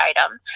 item